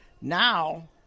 Now